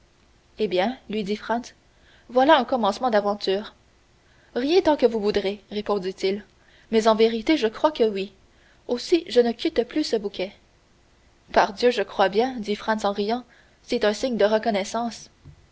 eh bien lui dit franz voilà un commencement d'aventure riez tant que vous voudrez répondit-il mais en vérité je crois que oui aussi je ne quitte plus ce bouquet pardieu je crois bien dit franz en riant c'est un signe de reconnaissance